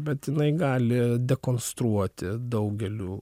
bet jinai gali dekonstruoti daugelių